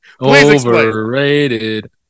Overrated